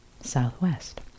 southwest